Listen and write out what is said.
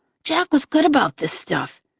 jack was good about this stuff.